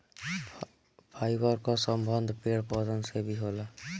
fibre कअ संबंध पेड़ पौधन से भी होला